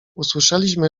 usłyszeliśmy